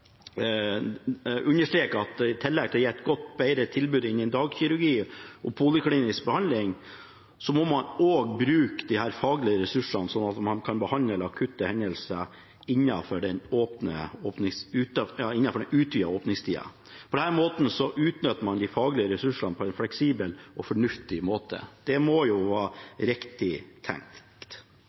understreke at i tillegg til å gi et bedre tilbud innen dagkirurgi og poliklinisk behandling, må man også bruke de faglige ressursene, sånn at man kan behandle akutte hendelser innenfor den utvidede åpningstida. På denne måten utnytter man de faglige ressursene på en fleksibel og fornuftig måte. Det må jo være